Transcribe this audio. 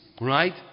right